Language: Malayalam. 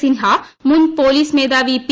സിൻഹ മുൻ ്പൊലീസ് മേധാവി പി